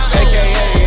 aka